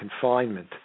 confinement